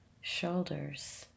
shoulders